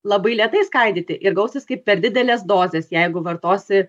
labai lėtai skaidyti ir gausis kaip per didelės dozės jeigu vartosi